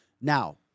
Now